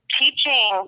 teaching